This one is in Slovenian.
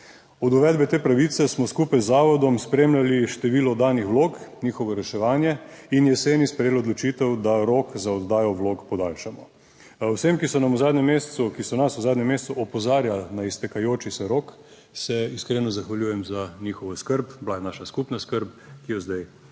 Od uvedbe te pravice smo skupaj z zavodom spremljali število oddanih vlog, njihovo reševanje in jeseni sprejeli odločitev, da rok za oddajo vlog podaljšamo. Vsem, ki so nas v zadnjem mesecu opozarjali na iztekajoči se rok, se iskreno zahvaljujem za njihovo skrb. Bila je naša skupna skrb, ki jo zdaj